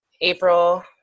April